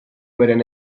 beren